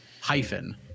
hyphen